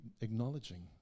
acknowledging